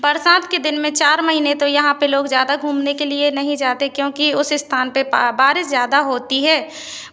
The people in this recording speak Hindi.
बरसात के दिन में चार महीने तो यहाँ पे ज़्यादा घूमने के लिए नहीं जाते क्योंकि उस स्थान पे पा बारिश ज़्यादा होती है